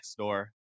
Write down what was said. Nextdoor